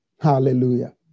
Hallelujah